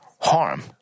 harm